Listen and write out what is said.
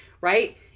right